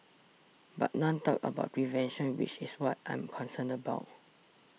but none talked about prevention which is what I'm concerned about